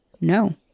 no